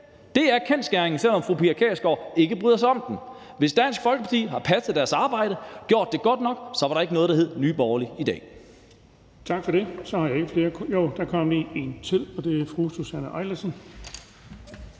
Det er kendsgerningen, selv om fru Pia Kjærsgaard ikke bryder sig om den. Hvis Dansk Folkeparti havde passet deres arbejde og gjort det godt nok, så var der ikke noget, der hed Nye Borgerlige i dag.